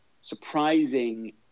surprising